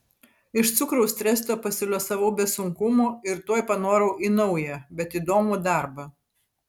iš cukraus tresto pasiliuosavau be sunkumų ir tuoj panorau į naują bet įdomų darbą